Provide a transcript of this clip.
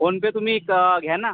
phone पे तुम्ही क् घ्या ना